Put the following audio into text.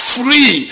free